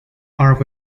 are